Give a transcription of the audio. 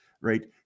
right